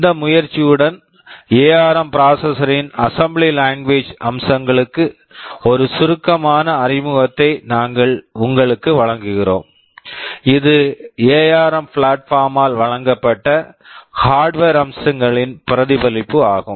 இந்த முயற்சியுடன் ARM ARM processor processor ன் அசெம்பிளி லாங்குவேஜ் assembly language அம்சங்களுக்கு ஒரு சுருக்கமான அறிமுகத்தை நாங்கள் உங்களுக்கு வழங்குகிறோம் இது எஆர்ம் ARM ப்ளாட்பார்ம் platform ஆல் வழங்கப்பட்ட ஹார்ட்வர் hardware அம்சங்களின் பிரதிபலிப்பு ஆகும்